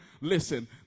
Listen